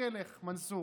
תסתכל איך, מנסור.